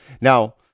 Now